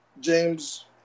James